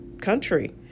country